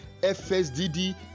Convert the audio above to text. FSDD